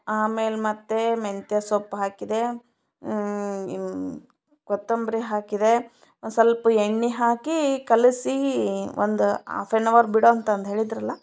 ಆಮೇಲೆ ಮತ್ತೆ ಮೆಂತ್ಯೆ ಸೊಪ್ಪು ಹಾಕಿದೆ ಕೊತ್ತಂಬರಿ ಹಾಕಿದೆ ಒಂದ್ಸೊಲ್ಪ ಎಣ್ಣೆ ಹಾಕಿ ಕಲಸಿ ಒಂದು ಆಫ್ ಆನ್ ಅವರ್ ಬಿಡೋಂತಂದು ಹೇಳಿದ್ದರಲ್ಲಾ